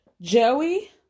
Joey